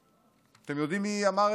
אתם יודעים מי אמר את הדברים האלה?